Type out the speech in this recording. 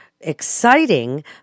exciting